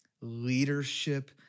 Leadership